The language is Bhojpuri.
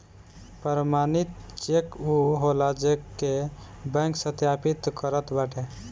प्रमाणित चेक उ होला जेके बैंक सत्यापित करत बाटे